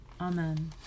Amen